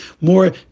more